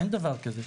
אין דבר כזה.